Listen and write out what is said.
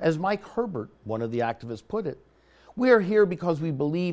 as mike herbert one of the activists put it we are here because we believe